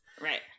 Right